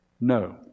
no